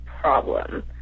problem